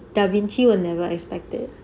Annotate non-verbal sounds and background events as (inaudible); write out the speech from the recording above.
da vinci and nola (noise)